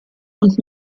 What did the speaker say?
und